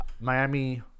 Miami